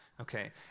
Okay